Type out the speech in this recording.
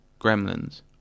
Gremlins